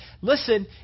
listen